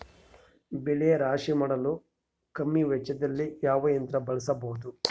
ಬೆಳೆ ರಾಶಿ ಮಾಡಲು ಕಮ್ಮಿ ವೆಚ್ಚದಲ್ಲಿ ಯಾವ ಯಂತ್ರ ಬಳಸಬಹುದು?